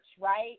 right